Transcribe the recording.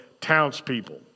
townspeople